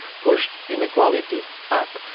pushed inequality up.